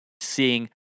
seeing